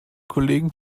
kollegen